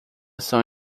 são